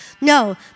No